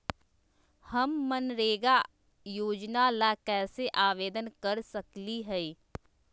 हम मनरेगा योजना ला कैसे आवेदन कर सकली हई?